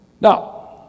Now